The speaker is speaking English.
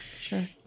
sure